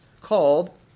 called